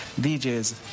DJs